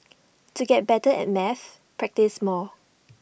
to get better at maths practise more